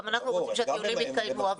גם אנחנו רוצים שהטיולים יתקיימו,